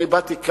אני באתי כאן,